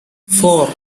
four